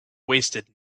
wasted